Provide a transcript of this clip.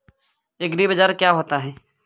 एग्रीबाजार क्या होता है?